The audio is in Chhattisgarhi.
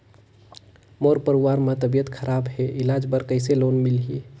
मोर परवार मे तबियत खराब हे इलाज बर कइसे लोन मिलही?